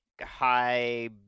high